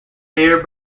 air